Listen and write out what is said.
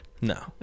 no